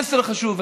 מסר חשוב.